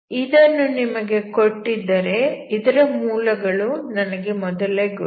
ಇದನ್ನು ನಿಮಗೆ ಕೊಟ್ಟಿದ್ದರೆ ಇದರ ಮೂಲಗಳು ನನಗೆ ಮೊದಲೇ ಗೊತ್ತು